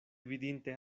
vidinte